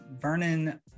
Vernon